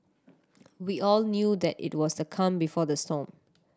we all knew that it was the calm before the storm